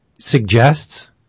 suggests